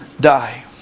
die